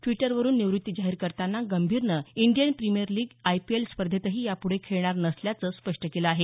द्विटरवरून निवृत्ती जाहीर करताना गंभीरनं इंडियन प्रिमियर लीग आयपीएल स्पर्धेतही यापुढे खेळणार नसल्याचं स्पष्ट केलं आहे